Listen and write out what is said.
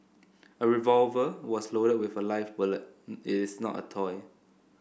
a revolver was loaded with a live bullet is not a toy